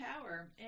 power